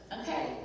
Okay